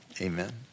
amen